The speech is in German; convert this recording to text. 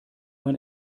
man